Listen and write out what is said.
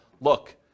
look